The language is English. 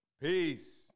Peace